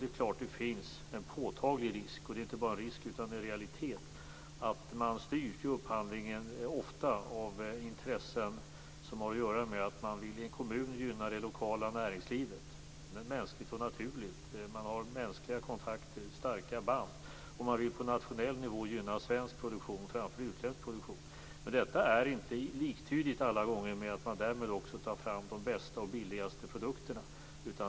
Det är klart att det finns en påtaglig risk, och det är inte bara en risk, det är en realitet, att man i upphandlingen ofta styrs av intressen som har att göra med att man i en kommun vill gynna det lokala näringslivet. Det är mänskligt och naturligt. Man har mänskliga kontakter och starka band. Man vill på nationell nivå gynna svensk produktion framför utländsk produktion. Men detta är inte alla gånger liktydigt med att man också vill ta fram de bästa och billigaste produkterna.